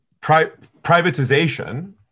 privatization